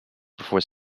before